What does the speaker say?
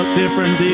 different